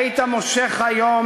היית מושך היום,